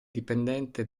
dipendente